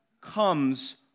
comes